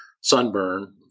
sunburn